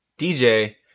DJ